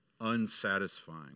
unsatisfying